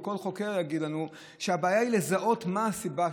כל חוקר יגיד לנו שהבעיה היא לזהות מה הסיבה,